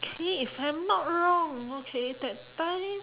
okay if I'm not wrong okay that time